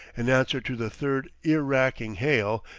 in answer to the third ear-racking hail,